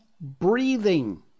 breathing